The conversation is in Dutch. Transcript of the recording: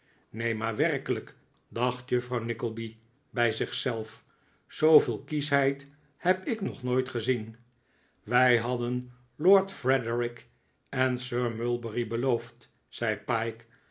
neen maar werkelijk dacht juffrouw nickleby bij zich zelf zooveel kieschheid heb ik nog nooit gezien wij hadden lord frederik en sir mulberry beloofd zei pyke